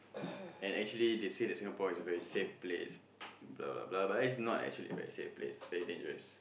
and actually they say that Singapore is very safe place blah blah blah but it's not actually a very safe place very dangerous